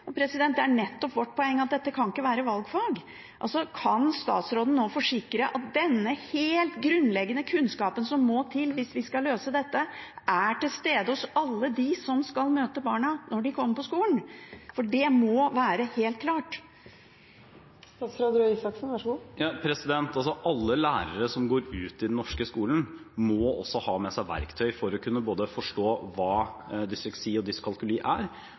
Det er nettopp vårt poeng at dette ikke kan være valgfag. Kan statsråden nå forsikre at den helt grunnleggende kunnskapen som må til hvis vi skal løse dette, er til stede hos alle dem som skal møte barna når de kommer på skolen? Det må være helt klart. Alle lærere som går ut i den norske skolen, må også ha med seg verktøy for å kunne forstå hva både dysleksi og dyskalkuli er,